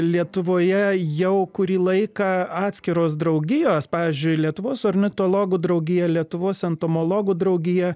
lietuvoje jau kurį laiką atskiros draugijos pavyzdžiui lietuvos ornitologų draugija lietuvos entomologų draugija